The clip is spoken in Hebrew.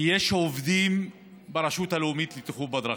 כי יש עובדים ברשות הלאומית לבטיחות בדרכים,